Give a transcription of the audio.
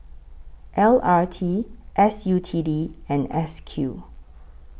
L R T S U T D and S Q